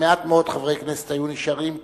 מעט מאוד חברי כנסת היו נשארים פה.